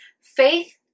faith